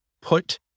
put